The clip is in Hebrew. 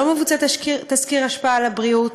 לא מבוצע תסקיר השפעה על הבריאות,